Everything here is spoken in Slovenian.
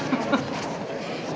Hvala